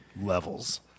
Levels